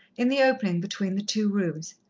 in the opening between the two rooms.